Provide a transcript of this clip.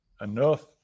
enough